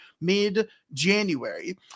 mid-January